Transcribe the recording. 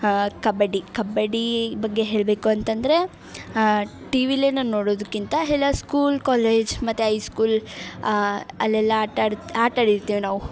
ಕಬಡ್ಡಿ ಕಬ್ಬಡ್ಡಿ ಬಗ್ಗೆ ಹೇಳಬೇಕು ಅಂತಂದರೆ ಟಿ ವಿಲೇನೋ ನೋಡೋದಕ್ಕಿಂತ ಎಲ್ಲ ಸ್ಕೂಲ್ ಕಾಲೇಜ್ ಮತ್ತು ಐ ಸ್ಕೂಲ್ ಅಲ್ಲೆಲ್ಲ ಆಟ ಆಡಿ ಆಟ ಆಡಿರ್ತೀವಿ ನಾವು